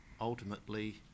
ultimately